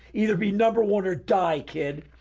either be number one or die kid.